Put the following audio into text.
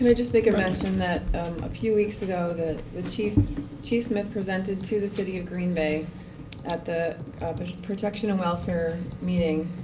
and just make a mentioned that a few weeks ago that the chief chief smith presented to the city of green bay at the ah but protection and welfare meeting.